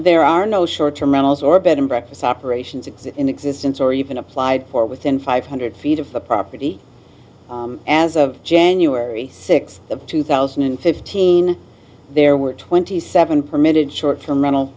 there are no short term rentals or bed and breakfast operations exist in existence or even applied for within five hundred feet of the property as of january sixth of two thousand and fifteen there were twenty seven permitted short term rental